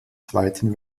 zweiten